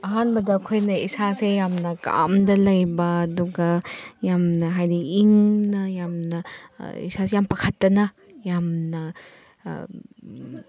ꯑꯍꯥꯟꯕꯗ ꯑꯩꯈꯣꯏꯅ ꯏꯁꯥꯁꯦ ꯌꯥꯝꯅ ꯀꯥꯝꯗ ꯂꯩꯕ ꯑꯗꯨꯒ ꯌꯥꯝꯅ ꯍꯥꯏꯗꯤ ꯏꯪꯅ ꯌꯥꯝꯅ ꯏꯁꯥꯁꯦ ꯌꯥꯝ ꯄꯥꯈꯠꯇꯅ ꯌꯥꯝꯅ